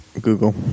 google